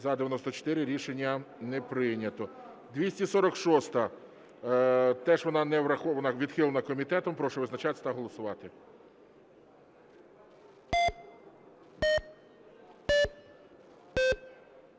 За-94 Рішення не прийнято. 246-а, теж вона відхилена комітетом. Прошу визначатись та голосувати.